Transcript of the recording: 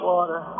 Water